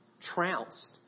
trounced